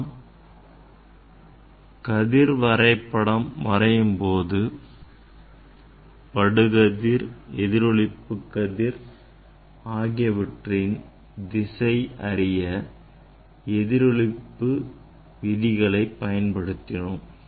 நாம் கதிர் வரைபடம் வரையும் போது படுகதிர் எதிரொளிப்பு கதிர் ஆகியவற்றின் திசை அறிய எதிரொளிப்பு விதிகளை பயன்படுத்தினோம்